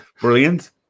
brilliant